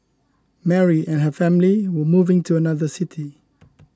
Mary and her family were moving to another city